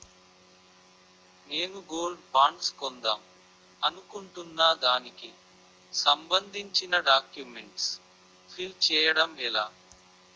నేను gold bonds కొందాం అనుకుంటున్నా దానికి సంబందించిన డాక్యుమెంట్స్ ఫిల్ చేయడం ఎలా?